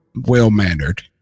well-mannered